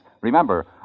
Remember